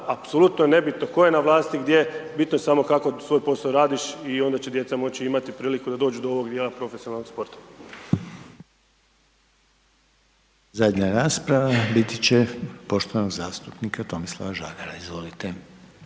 apsolutno nebitno tko je na vlasti gdje, bitno je samo kako svoj poso radiš i onda će djeca moći imati priliku do dođu do ovog dijela profesionalnog sporta. **Reiner, Željko (HDZ)** Zadnja rasprava biti će poštovanog zastupnika Tomislava Žagara, izvolite.